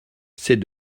c’est